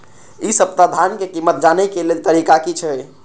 इ सप्ताह धान के कीमत जाने के लेल तरीका की छे?